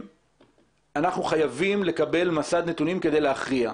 אנחנו חייבים לקבל מסד נתונים כדי להכריע.